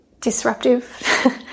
disruptive